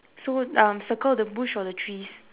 so um circle the bush or the trees